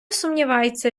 сумнівається